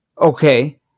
Okay